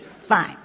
Fine